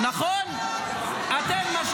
עבר הזמן --- יושב-ראש המפלגה שלך אומר שחמאס נכס אסטרטגי,